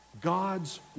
God's